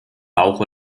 bauch